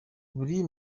buri